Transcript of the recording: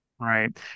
Right